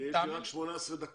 יש לי רק 18 דקות.